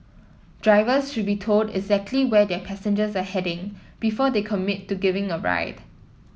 drivers should be told exactly where their passengers are heading before they commit to giving a ride